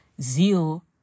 zeal